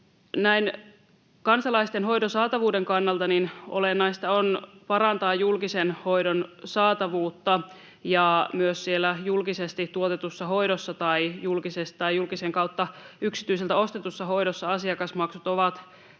Näin kansalaisten hoidon saatavuuden kannalta olennaista on parantaa julkisen hoidon saatavuutta, ja siellä julkisesti tuotetussa hoidossa tai julkisen kautta yksityiseltä ostetussa hoidossa asiakasmaksut ovat myös